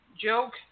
joke